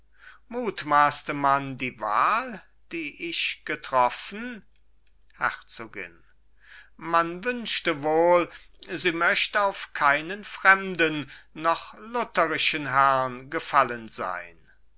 mutmaßte man die wahl die ich getroffen herzogin man wünschte wohl sie möcht auf keinen fremden noch lutherischen herrn gefallen sein